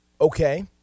Okay